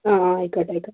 ആ ആ ആയിക്കോട്ടെ ആയിക്കോട്ടേ